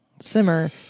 simmer